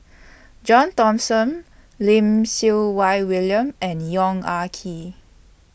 John Thomson Lim Siew Wai William and Yong Ah Kee